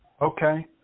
okay